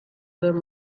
them